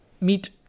meet